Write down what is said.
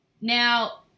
Now